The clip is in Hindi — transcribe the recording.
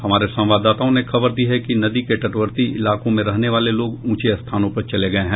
हमारे संवाददाताओं ने खबर दी है कि नदी के तटवर्ती इलाकों में रहने वाले लोग ऊंचे स्थानों पर चले गये हैं